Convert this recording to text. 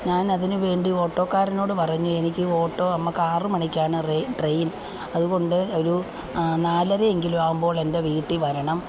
ഞാൻ അതിനുവേണ്ടി ഓട്ടോക്കാരനോട് പറഞ്ഞു എനിക്ക് ഓട്ടോ നമുക്ക് ആറ് മണിക്കാണ് ട്രെയിൻ ട്രെയിൻ അതുകൊണ്ട് ഒരു നാലര എങ്കിലും ആവുമ്പോൾ എൻ്റെ വീട്ടിൽ വരണം